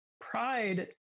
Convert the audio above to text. pride